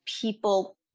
people